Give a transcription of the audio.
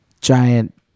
giant